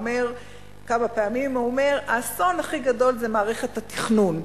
הוא אומר כמה פעמים: האסון הכי גדול זה מערכת התכנון.